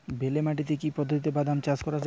বেলে মাটিতে কি পদ্ধতিতে বাদাম চাষ করা যায়?